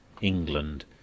England